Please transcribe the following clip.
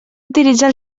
utilitzar